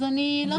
אז אני --- בסדר.